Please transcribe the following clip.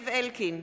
זאב אלקין,